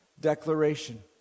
declaration